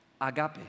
agape